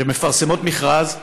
שמפרסמות מכרז,